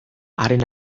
haren